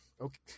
okay